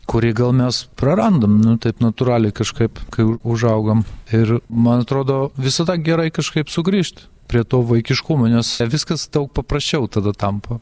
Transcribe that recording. kurį gal mes prarandam nu taip natūraliai kažkaip kai u užaugam ir man atrodo visada gerai kažkaip sugrįžt prie to vaikiško nes viskas daug paprasčiau tada tampa